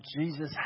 Jesus